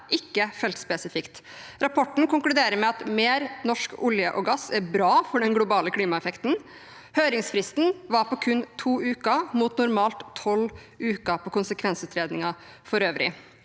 ikke feltspesifikt. Rapporten konkluderer med at mer norsk olje og gass er bra for den globale klimaeffekten. Høringsfristen var på kun to uker, mot normalt tolv uker for konsekvensutredninger for øvrig.